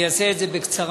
אני אעשה את זה בקצרה.